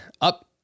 Up